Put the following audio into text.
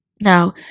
Now